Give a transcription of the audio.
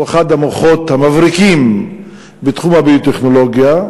הוא אחד המוחות המבריקים בתחום הביו-טכנולוגיה.